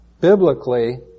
biblically